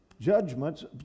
Judgments